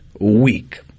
week